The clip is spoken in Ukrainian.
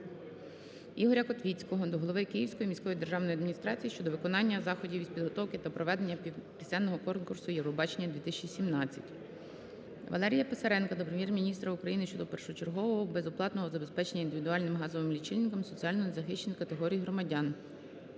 Ігоря Котвіцького до голови Київської міської державної адміністрації щодо виконання заходів із підготовки до проведення пісенного конкурсу "Євробачення-2017". Валерія Писаренка до Прем'єр-міністра України щодо першочергового безоплатного забезпечення індивідуальними газовими лічильниками соціально незахищених категорій громадян.